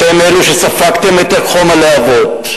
אתם אלו שספגתם את חום הלהבות.